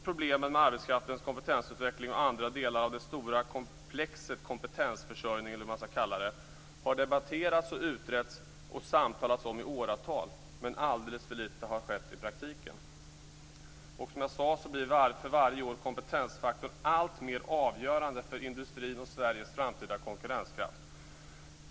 Problemen med arbetskraftens kompetensutveckling och andra delar av det stora komplexet kompetensförsörjning, eller vad man skall kalla det, har debatterats och utretts och samtalats om i åratal, men alldeles för lite har skett i praktiken. Som jag sade blir kompetensfaktorn för varje år alltmer avgörande för industrin och Sveriges framtida konkurrenskraft.